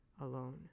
alone